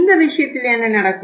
இந்த விஷயத்தில் என்ன நடக்கும்